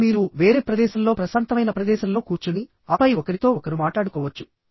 ఇక్కడ మీరు వేరే ప్రదేశంలో ప్రశాంతమైన ప్రదేశంలో కూర్చుని ఆపై ఒకరితో ఒకరు మాట్లాడుకోవచ్చు